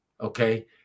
Okay